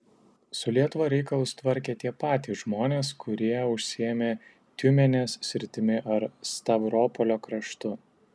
su lietuva reikalus tvarkė tie patys žmonės kurie užsiėmė tiumenės sritimi ar stavropolio kraštu